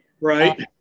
Right